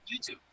YouTube